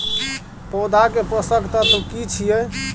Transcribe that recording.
पौधा के पोषक तत्व की छिये?